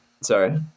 Sorry